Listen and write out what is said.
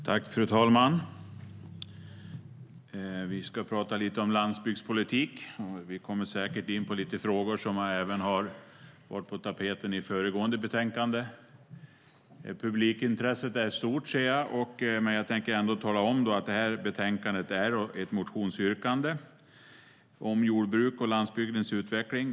Fru talman! Vi ska prata lite om landsbygdspolitik, och vi kommer säkert in på frågor som även har varit på tapeten i det föregående betänkandet. Jag ser här inne att publikintresset är stort. Detta betänkande är ett motionsyrkande om jordbruk och landsbygdens utveckling.